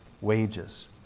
wages